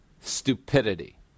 Stupidity